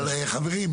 אבל חברים,